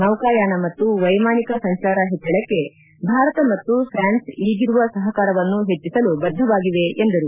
ನೌಕಾಯಾನ ಮತ್ತು ವೈಮಾನಿಕ ಸಂಚಾರ ಹೆಚ್ಚಳಕ್ಕೆ ಭಾರತ ಮತ್ತು ಪ್ರಾನ್ಸ್ ಈಗಿರುವ ಸಹಕಾರವನ್ನು ಹೆಚ್ಚಿಸಲು ಬದ್ದವಾಗಿವೆ ಎಂದರು